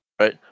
Right